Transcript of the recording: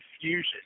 confusion